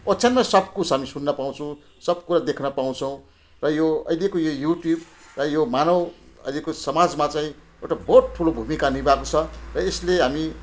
ओछ्यानमै सब कुछ हामी सुन्न पाउँछौँ सब कुरा देख्नपाउँछौँ र यो अहिलेको यो युट्युब र यो मानव अहिलेको यो समाजमा चाहिँ एउटा बहुत ठुलो भूमिका निभाएको छ र यसले हामी